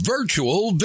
Virtual